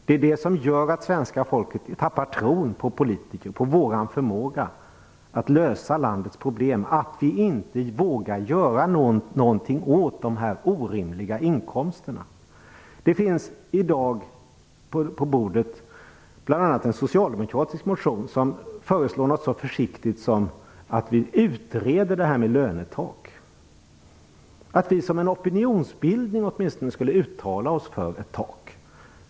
Det är det som gör att svenska folket tappar tron på oss politiker och på vår förmåga att lösa landets problem, tron på att vi vågar göra någonting åt de orimliga inkomsterna. Det finns i dag på riksdagens bord bl.a. en socialdemokratisk motion där man föreslår något så försiktigt som att frågan om ett lönetak skall utredas. Som en opinionsyttring skulle vi åtminstone kunna uttala oss för ett tak.